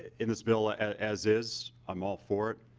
in this bill ah as is i'm all for it.